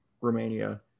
Romania